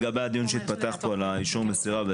לגבי הדיון שהתפתח כאן לגבי אישור המסירה.